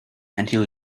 until